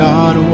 God